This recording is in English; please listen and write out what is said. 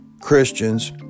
Christians